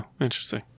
interesting